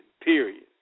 period